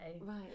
Right